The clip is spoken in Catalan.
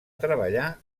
treballar